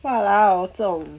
!walao! 这种